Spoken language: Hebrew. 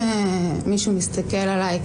הפריזמה שבעצם בחרתי להאיר דרכה את הנושא של